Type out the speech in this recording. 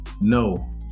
No